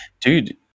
Dude